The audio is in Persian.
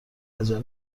عجله